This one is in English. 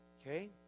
Okay